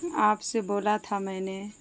آپ سے بولا تھا میں نے